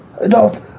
Adult